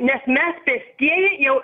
nes mes pėstieji jau